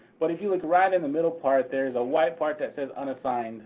but if you look right in the middle part, there's a white part that says unassigned